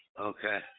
Okay